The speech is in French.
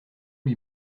lui